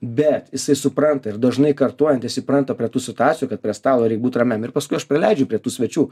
bet jisai supranta ir dažnai kartojant jis įpranta prie tų situacijų kad prie stalo reik būt ramiam ir paskui aš prileidžiu prie tų svečių